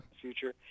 future